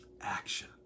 action